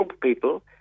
people